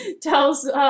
tells